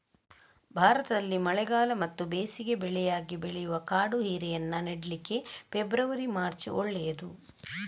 ಭಾರತದಲ್ಲಿ ಮಳೆಗಾಲ ಮತ್ತೆ ಬೇಸಿಗೆ ಬೆಳೆಯಾಗಿ ಬೆಳೆಯುವ ಕಾಡು ಹೀರೆಯನ್ನ ನೆಡ್ಲಿಕ್ಕೆ ಫೆಬ್ರವರಿ, ಮಾರ್ಚ್ ಒಳ್ಳೇದು